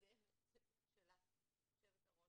המאוכזבת שלך יושבת הראש.